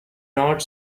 not